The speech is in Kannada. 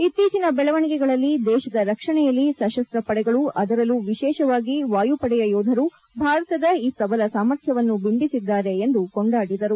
ಇತ್ತೀಚಿನ ಬೆಳವಣಿಗೆಗಳಲ್ಲಿ ದೇಶದ ರಕ್ಷಣೆಯಲ್ಲಿ ಸಶಸ್ತ ಪಡೆಗಳು ಅದರಲ್ಲೂ ವಿಶೇಷವಾಗಿ ವಾಯುಪಡೆಯ ಯೋಧರು ಭಾರತದ ಈ ಪ್ರಬಲ ಸಾಮರ್ಥ್ಲವನ್ನು ಬಿಂಬಿಸಿದ್ದಾರೆ ಎಂದು ಕೊಂಡಾಡಿದರು